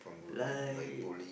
like